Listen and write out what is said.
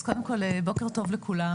אז קודם כל בוקר טוב לכולם,